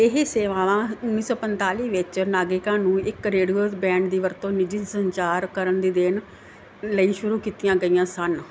ਇਹ ਸੇਵਾਵਾਂ ਉੱਨੀਂ ਸੌ ਪੰਤਾਲੀ ਵਿੱਚ ਨਾਗਰਿਕਾਂ ਨੂੰ ਇੱਕ ਰੇਡੀਓਸ ਬੈਂਡ ਦੀ ਵਰਤੋਂ ਨਿੱਜੀ ਸੰਚਾਰ ਕਰਨ ਦੀ ਦੇਣ ਲਈ ਸ਼ੁਰੂ ਕੀਤੀਆਂ ਗਈਆਂ ਸਨ